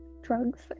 drugs